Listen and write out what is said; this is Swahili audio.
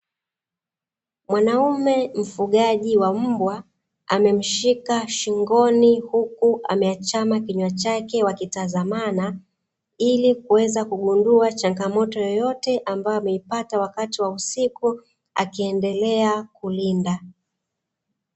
Mwanaume mfugaji wa mbwa amemshika shingoni huku ameachama kinywa chake wakitazamana ili kuweza kugundua changamoto yoyote ambayo ameipata wakati wa usiku akiendelea kulinda.